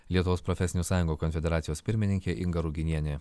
lietuvos profesinių sąjungų konfederacijos pirmininkė inga ruginienė